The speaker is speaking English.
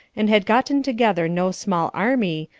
and had gotten together no small army,